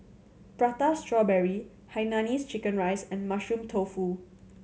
Prata Strawberry hainanese chicken rice and Mushroom Tofu